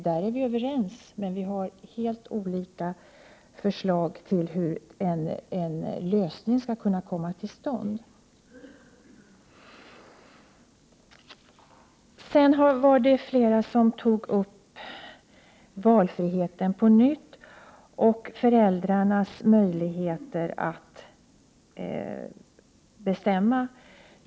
Där är vi överens, men vi har helt olika förslag till hur en lösning skall komma till stånd. Flera talare tog på nytt upp valfriheten och föräldrarnas möjligheter att bestämma.